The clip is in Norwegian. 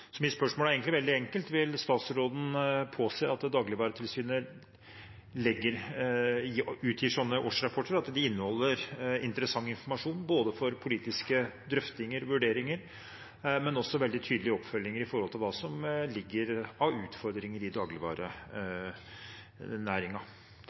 Mitt spørsmål er veldig enkelt: Vil statsråden påse at Dagligvaretilsynet utgir årsrapporter som både inneholder interessant informasjon for politiske drøftinger og vurderinger og veldig tydelig oppfølging av utfordringer i